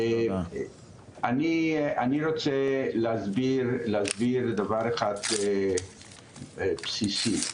אני רוצה להסביר דבר אחד בסיסי,